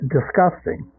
Disgusting